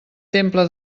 temple